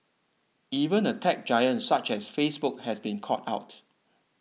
even a tech giant such as Facebook has been caught out